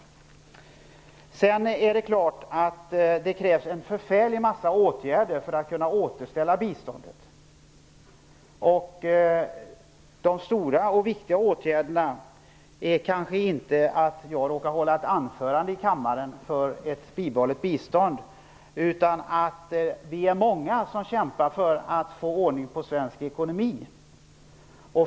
Det är klart att det krävs en förfärlig massa åtgärder för att återställa biståndet. De stora och viktiga åtgärderna är kanske inte att jag råkat hålla ett anförande i kammaren för ett bibehållet bistånd, utan att vi är många som kämpar för att få ordning på svensk ekonomi.